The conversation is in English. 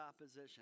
opposition